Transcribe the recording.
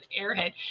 airhead